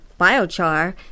biochar